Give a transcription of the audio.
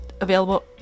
available